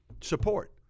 Support